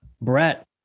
Brett